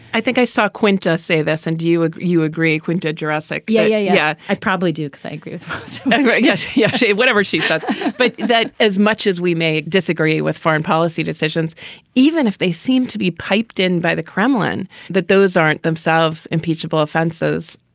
i think i saw quinto say this and do you you agree quinto jurassic yeah yeah yeah i probably duke i agree with yes yes whatever she says but that as much as we may disagree with foreign policy decisions even if they seem to be piped in by the kremlin that those aren't themselves impeachable offenses.